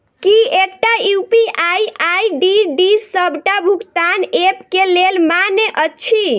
की एकटा UPI ID डी सबटा भुगतान ऐप केँ लेल मान्य अछि?